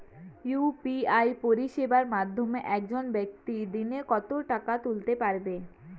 UPI পরিষেবার মাধ্যমে একজন ব্যাক্তি দিনে কত টাকা তুলতে পারবে?